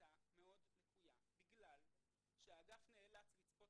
הייתה לקויה בגלל שהאגף נאלץ לצפות